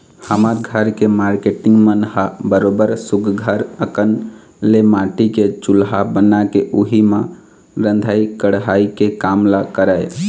हमर घर के मारकेटिंग मन ह बरोबर सुग्घर अंकन ले माटी के चूल्हा बना के उही म रंधई गड़हई के काम ल करय